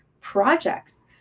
projects